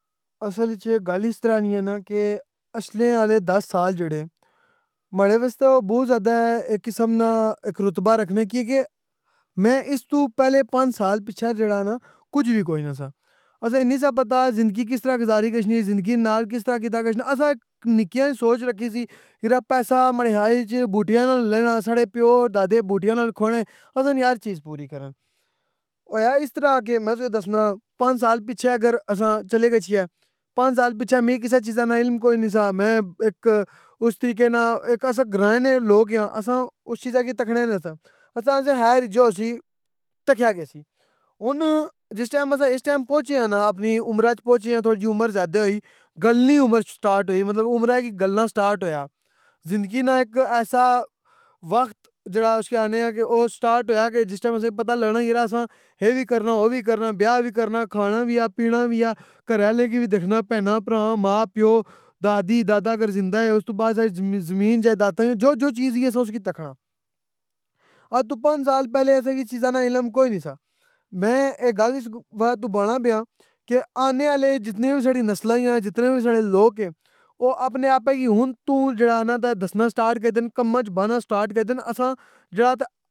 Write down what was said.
اصل اچ گل اِس طرح نی اے نا کہ اشنے آلے دس سال جیڑے ماڑے واسطے او بہت زیادہ اِک قسم نہ اِک رتبہ رکھنے کیوں کہ میں اِس توں پہلے پانچ سال پیچھے جیڑا نہ کج وی کوئی نا سہ, اساں کی نی سا پتہ زندگی کس طرح گزاری گشنی زندگی نال کس طرح کیتا گشنا اساں اِک نیکیاں نی سوچ رکھی سی یرا پیسہ جیڑا اے بوٹیاں نال لینا ساڑے پیو دادے بوٹیاں نال کھونے اساں نی ہر چیز پوری کرن, ہویا اِس طرح کہ میں تُساں کی دسناں پانچ سال پیچھے اگر اساں چلے گچھیے, پانچ سال پیچھے مکی کسے چیزاں نا علم کوئی نی سہ میں اِک اُس طریقے نا اساں گراں نے لوک ایاں اساں اُس چیزاں کی تکنے ںہ ساں, اساں اخسن خیر اے جو ہوسی تکیا گیسی, ہن جس ٹیم اساں اس ٹیم پہنچے آں نہ اپنی عُمراں اچ پہنچے آں تھوڑی جی عمر زیادہ ہوئی گلنی عمر اچ سٹارٹ ہوئی مطلب عُمراں کی گلنا سٹارٹ ہویا, زندگی نا اِک ایسا وقت جیڑا اسکی آخنے آں کہ او سٹارٹ ہویا کہ جس ٹیم اساں کی پتہ لگنا کہ یرا اساں ہے وی کرنا او وی کرنا بیاہ وی کرنا کھانا وی آ پینا وی آ گھرے آلیاں کی وی دیخنا پہناں پراواں ماں پیو دادی دادا اگر زندہ اے اوستوں بعد زمین جائداداں نی جو جو چیز وی اے اساں اُسکی تکنا, آج توں پانچ سال پہلے اساں کی چیزاں نا علم کوئی نی سہ, میں اے گل اس وجہ توں بانا پیاں کہ آنے آلے جتنی وی ساڈی نسلاں ایاں جتنے وی ساڈے لوک اے او اپنے آپا کی ہن توں جیڑا نا تہ دسنا سٹارٹ کری دین کماں اچ بانا سٹارٹ کری دین اساں جیڑا تہ